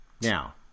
Now